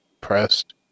pressed